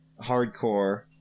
Hardcore